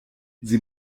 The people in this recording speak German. sie